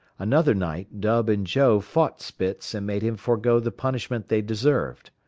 another night dub and joe fought spitz and made him forego the punishment they deserved.